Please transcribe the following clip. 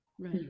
right